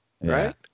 Right